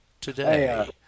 today